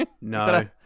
No